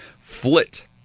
Flit